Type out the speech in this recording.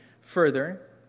further